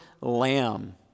lamb